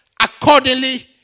accordingly